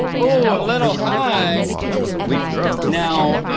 oh, a little high. that was a weak throw. now,